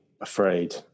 afraid